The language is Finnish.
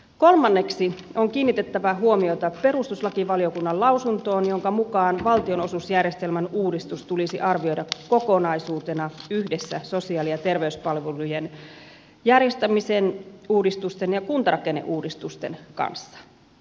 kolmanneksi on kiinnitettävä huomiota perustuslakivaliokunnan lausuntoon jonka mukaan valtionosuusjärjestelmän uudistus tulisi arvioida kokonaisuutena yhdessä sosiaali ja terveyspalvelujen järjestämisen uudistusten ja kuntarakenneuudistusten kanssa